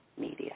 media